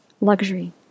luxury